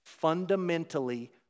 fundamentally